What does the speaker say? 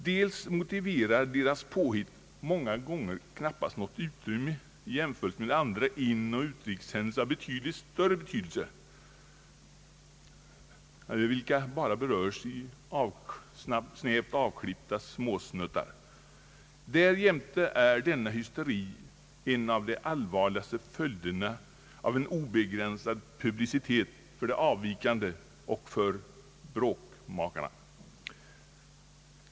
Dels motiverar dessa ungdomars påhitt många gånger knappast något utrymme alls jämfört med andra inoch utrikes händelser av mycket större betydelse, som endast berörs i snävt avklippta »småsnuttar», dels är denna hysteri en av de allvarligaste följderna av en obegränsad publicitet för det avvikande och för bråkmakarna.